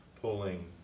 pulling